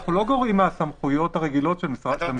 אנחנו לא גורעים מהסמכויות הרגילות של המשרדים.